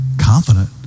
confident